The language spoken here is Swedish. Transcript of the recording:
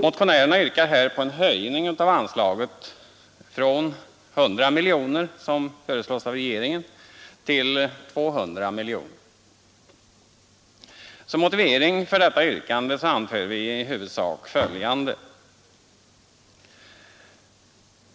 Motionärerna yrkar här på en höjning av anslaget från 100 miljoner, som föreslås av regeringen, till 200 miljoner. Som motivering för detta yrkande anför vi i huvudsak följande.